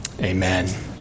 Amen